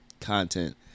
content